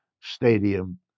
stadium